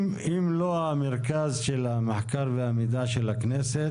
אם לא המרכז של המחקר והמידע של הכנסת,